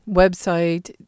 website